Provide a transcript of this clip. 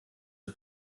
des